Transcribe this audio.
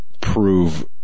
prove